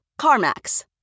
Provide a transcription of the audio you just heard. CarMax